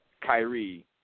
Kyrie